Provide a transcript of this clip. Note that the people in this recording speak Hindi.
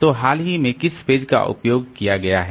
तो हाल ही में किस पेज का उपयोग किया गया है